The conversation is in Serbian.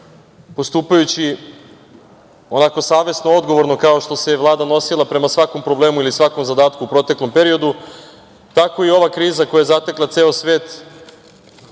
ustupajući onako savesno, odgovorno, kao što se i Vlada odnosila prema svakom problemu ili svakom zadatku u proteklom periodu, tako i ova kriza koja je zatekla ceo svet